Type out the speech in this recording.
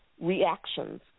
reactions